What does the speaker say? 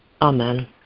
Amen